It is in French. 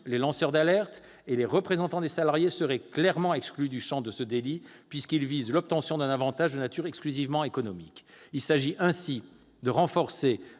les lanceurs d'alerte et les représentants des salariés seraient clairement exclus du champ de ce délit, puisqu'il vise l'obtention d'un avantage de nature exclusivement économique. Il s'agit ainsi de renforcer